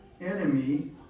enemy